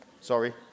sorry